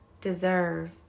deserve